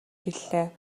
хэллээ